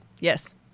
Yes